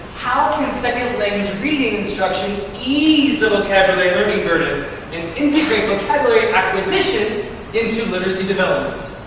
how can second language reading instruction ease the vocabulary learning burden and integrate vocabulary acquisition into literacy develpment?